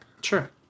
Sure